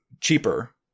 cheaper